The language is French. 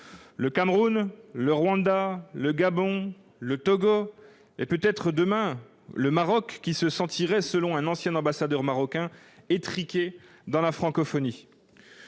le Cameroun, le Rwanda, le Gabon, que j'ai cité, le Togo et, peut-être demain, le Maroc, qui se sentirait, selon un ancien ambassadeur marocain, « étriqué » dans la francophonie.